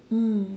mm